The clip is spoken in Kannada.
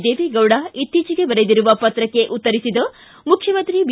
ದೇವೆಗೌಡ ಇತ್ತೀಚಿಗೆ ಬರೆದಿರುವ ಪತ್ರಕ್ಕೆ ಉತ್ತರಿಸಿದ ಮುಖ್ಯಮಂತ್ರಿ ಬಿ